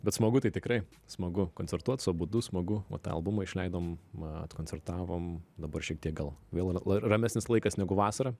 bet smagu tai tikrai smagu koncertuot su abudu smagu va tą albumą išleidom na atkoncertavom dabar šiek tiek gal vėl ramesnis laikas negu vasarą